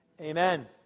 Amen